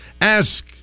Ask